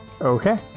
okay